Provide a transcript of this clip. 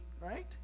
right